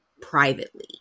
privately